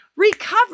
recover